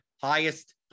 highest